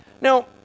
Now